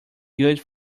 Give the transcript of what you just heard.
good